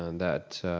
and that.